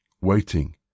waiting